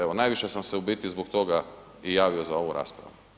Evo najviše sam se u biti zbog toga i javio za ovu raspravu.